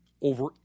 over